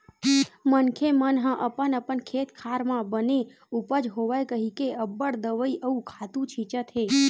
मनखे मन ह अपन अपन खेत खार म बने उपज होवय कहिके अब्बड़ दवई अउ खातू छितत हे